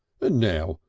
and now,